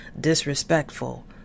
disrespectful